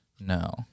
No